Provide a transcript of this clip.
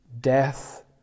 Death